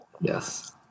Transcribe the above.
yes